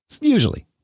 Usually